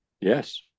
Yes